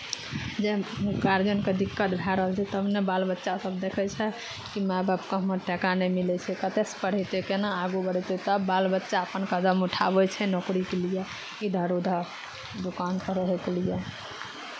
जे गार्जियनकेँ दिक्कत भए रहल छै तब ने बाल बच्चासभ देखै छै कि माय बापकेँ हमर टाका नहि मिलै छै कतयसँ पढ़यतै केना आगू बढ़यतै तब बाल बच्चा अपन कदम उठाबै छै नौकरीके लिए इधर उधर दोकानपर रहयके लिए